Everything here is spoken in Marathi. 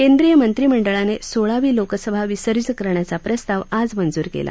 केंद्रिय मंत्रिमंडळानं सोळावी लोकसभा विसर्जित करण्याचा प्रस्ताव आज मंजूर केला